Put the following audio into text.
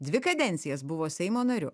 dvi kadencijas buvo seimo nariu